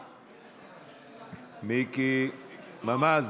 מיקי, ממ"ז,